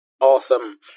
Awesome